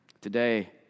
Today